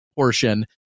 Portion